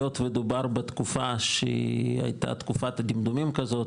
היות ודובר בתקופה שהייתה תקופת דמדומים כזאת,